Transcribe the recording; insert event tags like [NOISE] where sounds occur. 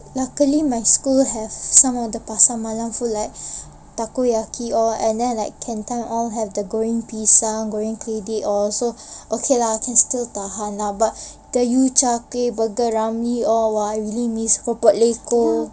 luckily my school has some of the pasar malam food like [BREATH] takoyaki all and then like cantine all have the goreng pisang goreng keledek all so okay lah can still tahan but the you zha kueh burger ramly all !wah! I really miss keropok lekor